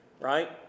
right